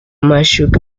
machuque